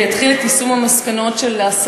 את קיבלת אותו לפנינו?